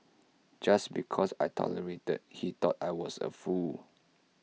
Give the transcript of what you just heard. just because I tolerated he thought I was A fool